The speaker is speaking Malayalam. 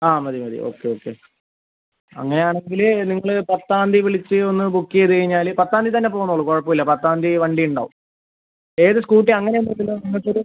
ആ മതി മതി ഓക്കെ ഓക്കെ അങ്ങനെയാണെങ്കിൽ നിങ്ങൾ പത്താം തീയതി വിളിച്ച് ഒന്ന് ബുക്ക് ചെയ്തുകഴിഞ്ഞാൽ പത്താം തീയതി തന്നെ പോന്നോളൂ കുഴപ്പമില്ല പത്താം തീയതി വണ്ടി ഉണ്ടാകും ഏത് സ്കൂട്ടി ആണ് അങ്ങനെയൊന്നുമില്ലല്ലോ നിങ്ങൾക്ക്